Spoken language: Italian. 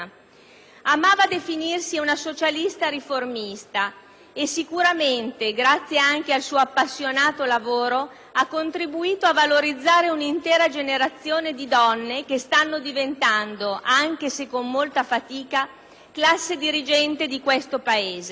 Amava definirsi una socialista riformista e sicuramente, grazie anche al suo appassionato lavoro, ha contribuito a valorizzare un'intera generazione di donne che stanno diventando, anche se con molta fatica, classe dirigente di questo Paese.